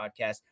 podcast